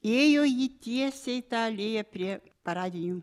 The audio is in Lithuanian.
ėjo ji tiesiai ta alėja prie paradinių